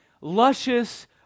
luscious